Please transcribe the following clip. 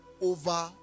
over